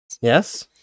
Yes